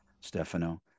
Stefano